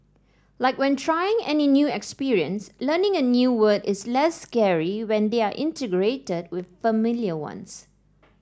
like when trying any new experience learning a new word is less scary when they are integrated with familiar ones